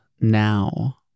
now